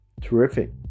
terrific